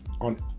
on